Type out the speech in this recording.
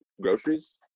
groceries